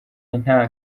nta